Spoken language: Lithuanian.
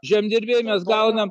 žemdirbiai mes gaunam